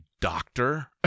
doctor